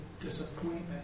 disappointment